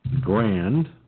grand